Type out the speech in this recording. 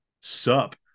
SUP